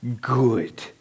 good